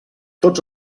tots